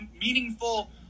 meaningful